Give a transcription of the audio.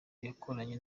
yakoranye